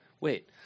wait